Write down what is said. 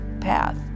path